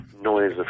noise